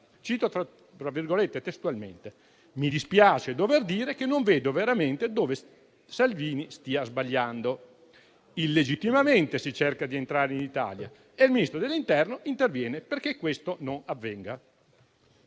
Matteo Salvini, cito testualmente: «Mi dispiace dover dire che non vedo veramente dove Salvini stia sbagliando. Illegittimamente si cerca di entrare in Italia e il Ministro dell'interno interviene perché questo non avvenga.